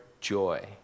joy